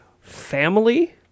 Family